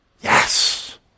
Yes